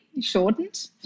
shortened